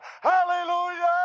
hallelujah